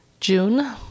June